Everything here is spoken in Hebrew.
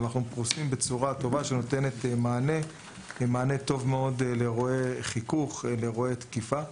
אבל זו צורה טובה שנותנת מענה טוב מאוד לאירועי חיכוך ותקיפה.